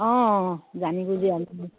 অঁ জানিব বুজি